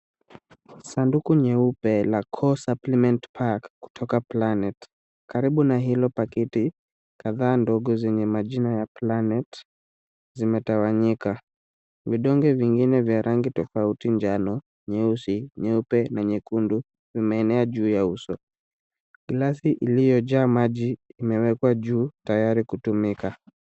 Sanduku nyeupe la Core Supplement pack kutoka Planet. Karibu na hilo paketi kadhaa ndogo zenye majina ya Planet zimetawanyika. Vidonge vingine vya rangi tofauti njano, nyeusi, nyeupe na nyekundu vimeenea juu ya uso. Glasi iliyojaa maji imewekwa juu tayari kutumika.